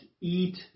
eat